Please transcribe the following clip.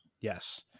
Yes